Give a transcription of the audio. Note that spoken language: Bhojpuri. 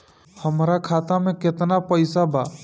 हमरा खाता में केतना पइसा बा?